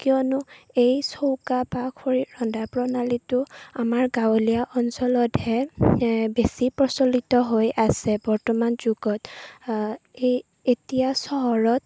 কিয়নো এই চৌকা বা খৰিত ৰন্ধা প্ৰণালীটো আমাৰ গাঁৱলীয়া অঞ্চলতহে বেছি প্ৰচলিত হৈ আছে বৰ্তমান যুগত এই এতিয়া চহৰত